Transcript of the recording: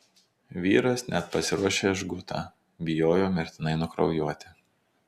vyras net pasiruošė žgutą bijojo mirtinai nukraujuoti